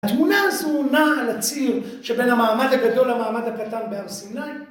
‫התמונה הזו נעה על הציר שבין ‫המעמד הגדול למעמד הקטן בהר סיני...